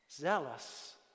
Zealous